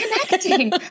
connecting